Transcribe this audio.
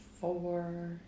four